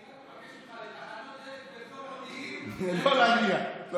לתחנות דלק באזור מודיעין לא להגיע.